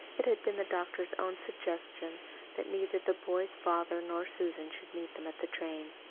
it had been the doctor's own suggestion that neither the boy's father nor susan should meet them at the train.